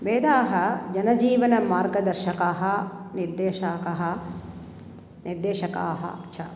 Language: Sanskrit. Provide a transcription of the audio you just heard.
वेदाः जनजीवनमार्गदर्शकाः निर्देशकाः निर्देशकाः च